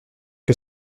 que